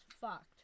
fucked